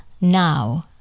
Now